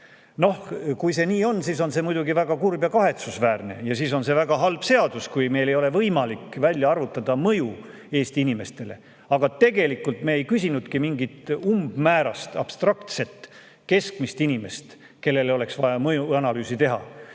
Kui see nii on, siis on see muidugi väga kurb ja kahetsusväärne. Siis on see väga halb seadus, kui meil ei ole võimalik välja arvutada selle mõju Eesti inimestele. Aga tegelikult me ei küsinudki mingi umbmäärase, abstraktse keskmise inimese kohta, kellele oleks vaja mõjuanalüüsi teha,